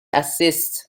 assists